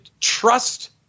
trust